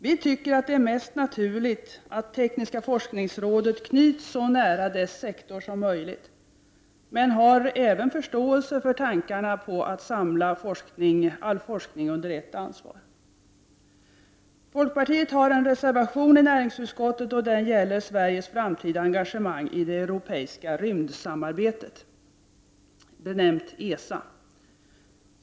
Vi tycker att det är mest naturligt att tekniska forskningsrådet knyts så nära dess sektor som möjligt men har även förståelse för tankarna på att samla all forskning under ett ansvar. Folkpartiet har en reservation till näringsutskottets betänkande, och den gäller Sveriges framtida engagemang i det europeiska rymdsamarbetet, benämnt ESA.